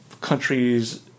countries